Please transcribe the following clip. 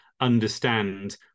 understand